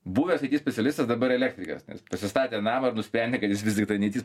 buvęs it specialistas dabar elektrikas nes pasistatė namą ir nusprendė kad jis visgi tai ne it